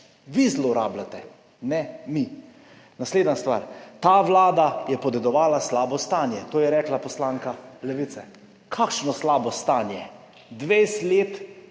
Vi zlorabljate, ne mi. Naslednja stvar, ta vlada je podedovala slabo stanje, to je rekla poslanka Levice. Kakšno slabo stanje? 20 let